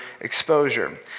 exposure